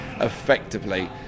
effectively